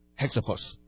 Hexapus